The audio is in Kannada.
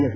ಎಸ್